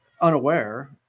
unaware